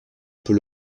peut